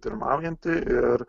pirmaujanti ir